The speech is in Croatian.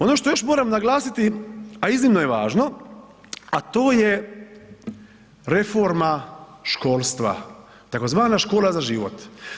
Ono što još moram naglasiti a iznimno je važno a to je reforma školstva, tzv. Škola za život.